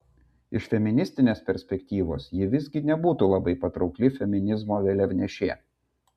iš feministinės perspektyvos ji visgi nebūtų labai patraukli feminizmo vėliavnešė